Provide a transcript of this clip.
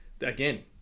again